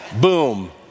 boom